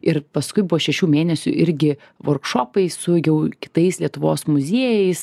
ir paskui po šešių mėnesių irgi vorkšopai su jau kitais lietuvos muziejais